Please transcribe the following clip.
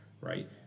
right